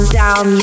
down